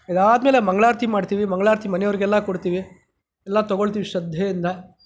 ಇದಾದ ಮೇಲೆ ಮಂಗಳಾರತಿ ಮಾಡ್ತೀವಿ ಮಂಗಳಾರತಿ ಮನೆಯವರಿಗೆಲ್ಲ ಕೊಡ್ತೀವಿ ಎಲ್ಲ ತಗೊಳ್ತೀವಿ ಶ್ರದ್ದೆಯಿಂದ